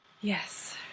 Yes